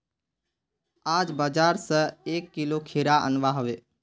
आज बाजार स एक किलो खीरा अनवा हबे